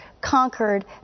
Conquered